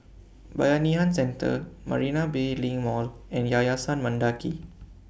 Bayanihan Centre Marina Bay LINK Mall and Yayasan Mendaki